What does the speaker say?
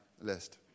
list